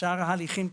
שאר ההליכים,